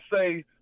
say